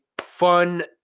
fun